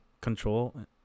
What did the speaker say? control